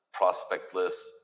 prospectless